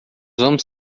vamos